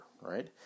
right